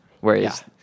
Whereas